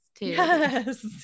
yes